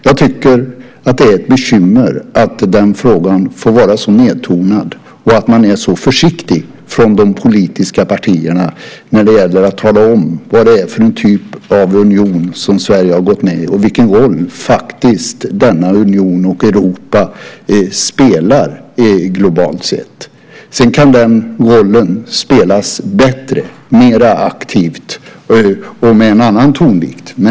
Jag tycker att det är ett bekymmer att den frågan får vara så nedtonad och att man är så försiktig från de politiska partierna när det gäller att tala om vad det är för typ av union som Sverige har gått med i och vilken roll denna union - och Europa - faktiskt spelar globalt sett. Sedan kan den rollen spelas bättre, mer aktivt och med en annan tonvikt.